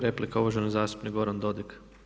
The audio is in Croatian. Replika, uvaženi zastupnik Goran Dodig.